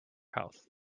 health